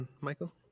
Michael